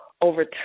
Over